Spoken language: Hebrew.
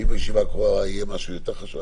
ואם בישיבה הקרובה יהיה משהו יותר חשוב?